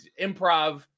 improv